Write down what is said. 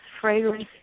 fragrance